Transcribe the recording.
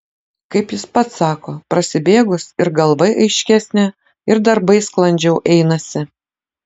kaip jis pats sako prasibėgus ir galva aiškesnė ir darbai sklandžiau einasi